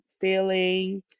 feeling